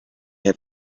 have